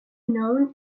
known